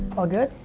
all good?